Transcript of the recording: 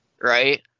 right